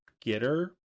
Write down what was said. getter